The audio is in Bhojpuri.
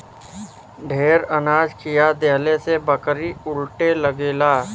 ढेर अनाज खिया देहले से बकरी उलटे लगेला